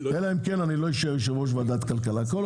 אלא אם כן אני לא אשאר להיות יושב-ראש ועדת הכלכלה.